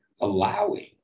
allowing